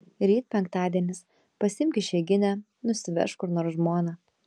ryt penktadienis pasiimk išeiginę nusivežk kur nors žmoną